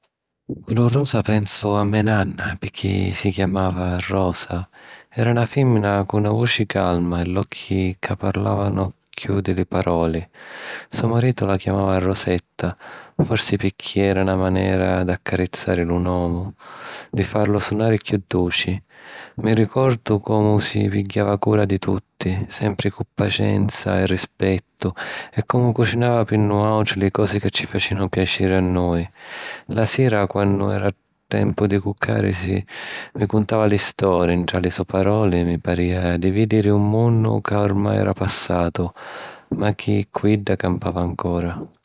Cu lu rosa pensu a me nanna picchi si chiamava Rosa. Era na fìmmina cu na vuci calma e l’occhi ca parlàvanu chiù di li palori. So maritu la chiamava Rosetta, forsi picchì era na manera d'accarizzari lu nomu, di farlu sunari chiù duci. Mi ricordu comu si pigghiava cura di tutti, sempri cu pacenzia e rispettu, e comu cucinava pi nuàutri li cosi ca ci facìanu piaciri a nui. La sira, quannu era tempu di curcàrisi, mi cuntava li stori, ntra li so' palori mi parìa di vìdiri un munnu ca oramai era passatu, ma chi cu idda campava ancora.